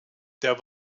der